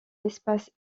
espace